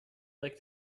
like